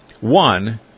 One